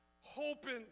hoping